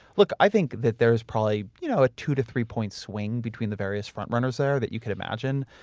look, i think that there's probably you know a two to three point swing between the various front runners there that you could imagine.